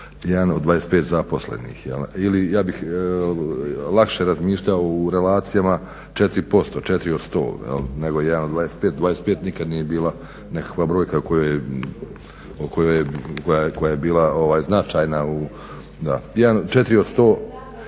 1 od 25 zaposlenih ili ja bih lakše razmišljao u relacijama 4%, 4 od 100 nego 1 od 25, 25 nikad nije bila nekakva brojka koja je bila značajna, da.